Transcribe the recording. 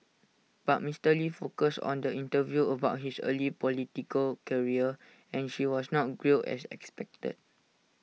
but Mister lee focused on the interview about his early political career and she was not grilled as expected